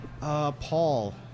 Paul